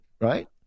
right